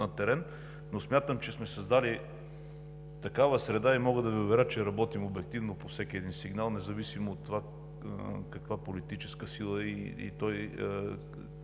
на терен. Смятам, че сме създали такава среда и мога да Ви уверя, че работим обективно по всеки един сигнал, независимо от каква политическа сила е и